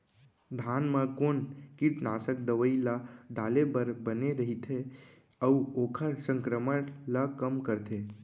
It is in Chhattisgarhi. धान म कोन कीटनाशक दवई ल डाले बर बने रइथे, अऊ ओखर संक्रमण ल कम करथें?